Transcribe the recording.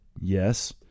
Yes